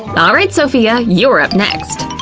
alright sophia, you're up next.